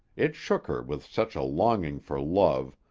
it shook her with such a longing for love,